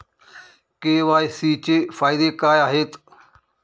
KYC चे फायदे काय आहेत?